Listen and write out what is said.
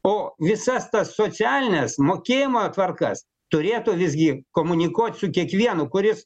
o visas tas socialines mokėjimo tvarkas turėtų visgi komunikuot su kiekvienu kuris